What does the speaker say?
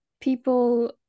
people